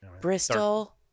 Bristol